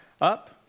up